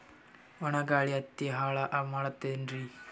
ಒಣಾ ಗಾಳಿ ಹತ್ತಿ ಹಾಳ ಮಾಡತದೇನ್ರಿ?